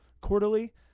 quarterly